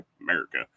America